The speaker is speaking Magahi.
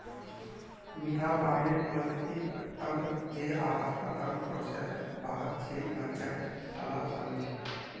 मिठा पानीर पारिस्थितिक तंत्र जे आवास प्रदान करछे वहात झील, नदिया, तालाब शामिल छे